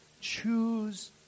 Choose